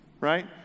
right